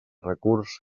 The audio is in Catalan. recurs